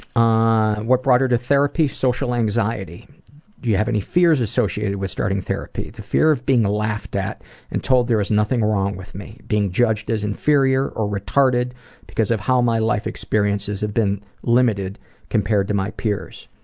ah what brought her to therapy? social anxiety. did you have any fears associated with starting therapy? the fear of being laughed at and told there is nothing wrong with me. being judged as inferior or retarded because of how my life experiences have been limited compared to my peers.